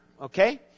okay